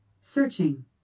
Searching